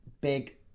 Big